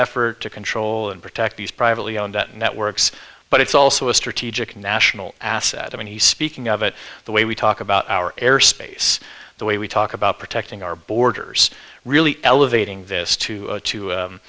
effort to control and protect these privately owned networks but it's also a strategic national asset i mean he speaking of it the way we talk about our airspace the way we talk about protecting our borders really elevating this to